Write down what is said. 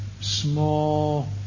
small